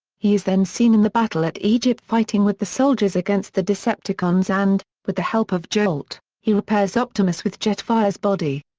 he is then seen in the battle at egypt fighting with the soldiers against the decepticons and, with the help of jolt, he repairs optimus with jetfire's body.